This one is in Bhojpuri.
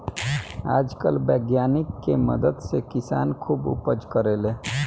आजकल वैज्ञानिक के मदद से किसान खुब उपज करेले